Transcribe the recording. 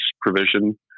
provision